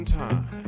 time